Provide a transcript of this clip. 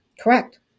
Correct